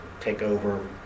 takeover